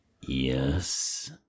Yes